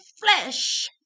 flesh